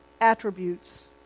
attributes